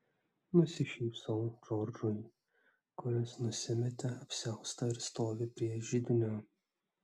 nusišypsau džordžui kuris nusimetė apsiaustą ir stovi prie židinio